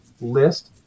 list